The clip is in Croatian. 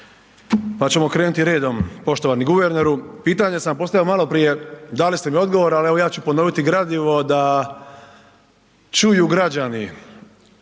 pa ćemo krenuti redom. Poštovani guverneru, pitanje sam postavio maloprije, dali ste mi odgovor, ali evo ja ću ponoviti gradivo da čuju građani.